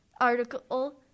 Article